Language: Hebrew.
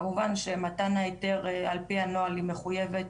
כמובן שמתן ההיתר על פי הנוהל אני מחוייבת,